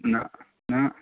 न न